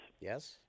Yes